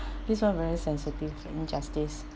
this one very sensitive injustice